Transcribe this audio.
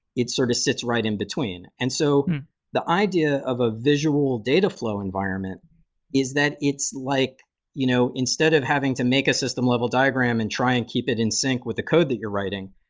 it sort of sits right in between. and so the idea of a visual dataflow environment is that it's like you know instead of having to make a system level diagram and try and keep it in sync with the code that you're writing,